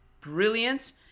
brilliant